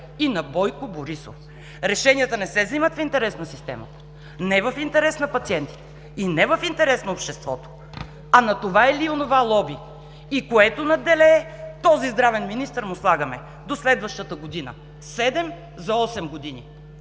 и на Бойко Борисов – решенията не се взимат в интерес на системата, не в интерес на пациентите и не в интерес на обществото, а на това или онова лоби и което надделее, този здравен министър му слагаме – до следващата година, седем за осем години.